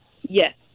Yes